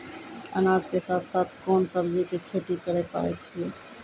अनाज के साथ साथ कोंन सब्जी के खेती करे पारे छियै?